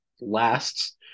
lasts